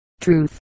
Truth